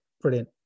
brilliant